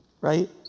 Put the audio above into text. Right